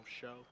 show